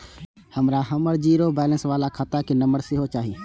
हमरा हमर zero balance बाला खाता के नम्बर सेहो चाही